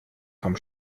von